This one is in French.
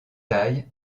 taille